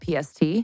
PST